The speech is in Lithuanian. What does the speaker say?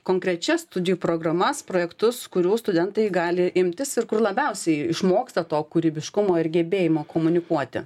konkrečias studijų programas projektus kurių studentai gali imtis ir kur labiausiai išmoksta to kūrybiškumo ir gebėjimo komunikuoti